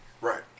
Right